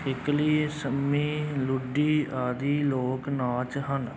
ਕਿੱਕਲੀ ਸੰਮੀ ਲੁੱਡੀ ਆਦਿ ਲੋਕ ਨਾਚ ਹਨ